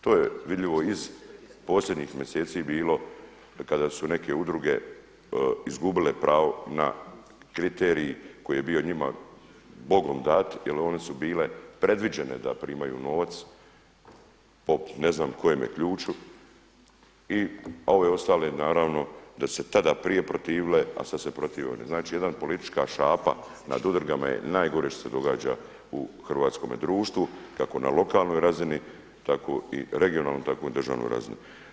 To je vidljivo iz posljednjih mjeseci bilo kada su neke udruge izgubile pravo na kriterij koji je bio njima bogom dat jel one su bile predviđene da primaju novac po ne znam kojem ključu i ove ostale naravno da su se tada prije protivile, a sada se protive … znači jedna politička šapa nad udrugama je najgore šta se događa u hrvatskome društvu kako na lokalnoj razini tako i regionalnoj tako i na državnoj razini.